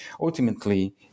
ultimately